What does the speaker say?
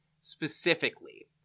specifically